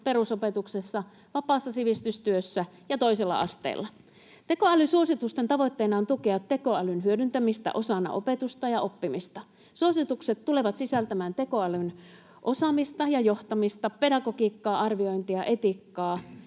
perusopetuksessa, vapaassa sivistystyössä ja toisella asteella. Tekoälyn suositusten tavoitteena on tukea tekoälyn hyödyntämistä osana opetusta ja oppimista. Suositukset tulevat sisältämään tekoälyn osaamista ja johtamista, pedagogiikkaa, arviointia, etiikkaa,